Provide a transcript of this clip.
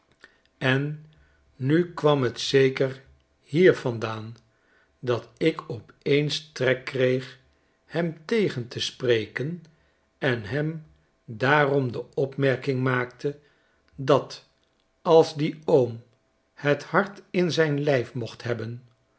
en mi kwam t zeker hier vandaan dat ik op eens trek kreeg hem tegen te spreken enhemdaarom de opmerking maakte dat als die oom het hart in zijn lijf mocht hebben